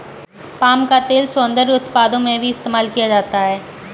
palm का तेल सौन्दर्य उत्पादों में भी इस्तेमाल किया जाता है